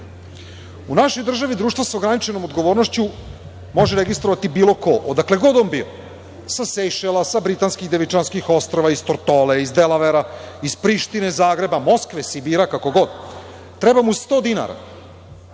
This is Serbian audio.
U našoj državi društvo sa ograničenom odgovornošću može registrovati bilo ko, odakle god on bio - sa Sejšela, sa Britanskih, Devičanskih ostrva, iz Tortole, iz Delavera, iz Prištine, Zagreba, Moskve, Sibira, kako god,. Treba mu 100 dinara